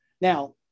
Now